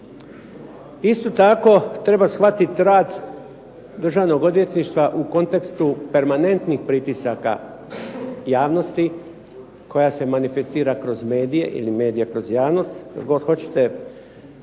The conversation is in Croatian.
Isto tako treba shvatiti rad Državnog odvjetništva u kontekstu permanentnih pritisaka javnosti koja se manifestira kroz medije ili medije kroz javnost,